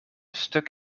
stuk